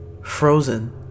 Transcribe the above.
frozen